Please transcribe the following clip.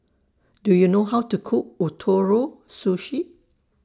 Do YOU know How to Cook Ootoro Sushi